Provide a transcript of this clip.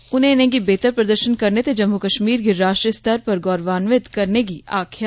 उनें उनेंगी बेहतर प्रदर्शन करने ते जम्मू कश्मीर गी राष्ट्रीय स्तर पर गौरवानवित करने गी आक्खेआ